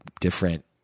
different